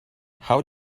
how